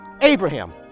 Abraham